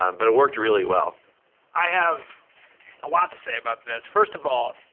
um but it worked really well i have a lot to say about this. first of all,